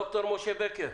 ד"ר משה בקר,